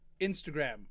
Instagram